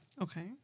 Okay